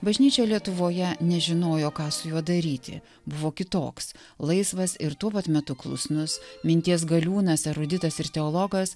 bažnyčia lietuvoje nežinojo ką su juo daryti buvo kitoks laisvas ir tuo pat metu klusnus minties galiūnas eruditas ir teologas